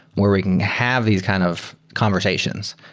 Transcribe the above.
where we can have these kind of conversations,